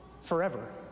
forever